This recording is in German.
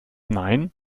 nein